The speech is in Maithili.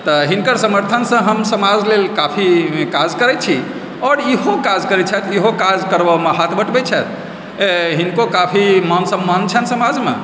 तऽ हिनकर समर्थनसँ हम समाज लेल काफी काज करै छी आओर ईहो काज करै छथि ईहो काज करबऽमे हाथ बटबै छथि हिनको काफी मान सम्मान छनि समाजमे